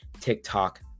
TikTok